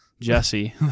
Jesse